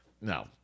No